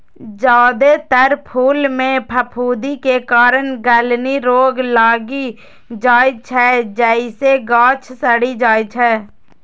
जादेतर फूल मे फफूंदी के कारण गलनी रोग लागि जाइ छै, जइसे गाछ सड़ि जाइ छै